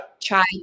try